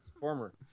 Former